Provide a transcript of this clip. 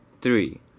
three